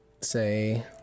say